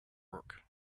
work